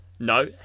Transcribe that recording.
No